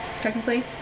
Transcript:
Technically